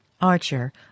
Archer